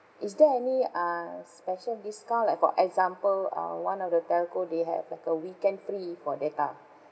is there any uh special discount like for example uh one of the telco they have like a weekend free for data